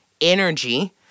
energy